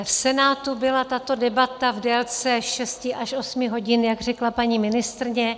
V Senátu byla tato debata v délce šesti až osmi hodin, jak řekla paní ministryně.